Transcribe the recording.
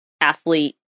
athlete